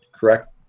correct